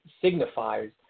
signifies